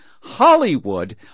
Hollywood